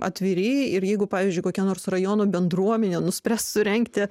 atviri ir jeigu pavyzdžiui kokia nors rajono bendruomenė nuspręs surengti